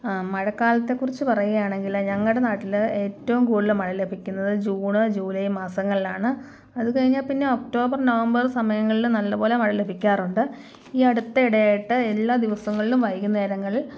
മഴക്കാലത്തെ കുറിച്ച് പറയുകയാണെങ്കില് ഞങ്ങളുടെ നാട്ടില് ഏറ്റവും കൂടുതല് മഴ ലഭിക്കുന്നത് ജൂണ് ജൂലൈ മാസങ്ങളിലാണ് അതുകഴിഞ്ഞാൽ പിന്നെ ഒക്ടോബർ നവംബർ സമയങ്ങളിൽ നല്ലപോലെ മഴ ലഭിക്കാറുണ്ട് ഈ അടുത്ത ഇടയായിട്ട് എല്ലാ ദിവസങ്ങളിലും വൈകുന്നേരങ്ങളിൽ